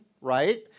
right